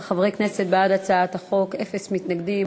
11 חברי כנסת בעד הצעת החוק, אין מתנגדים.